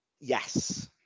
Yes